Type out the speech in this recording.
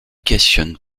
questionne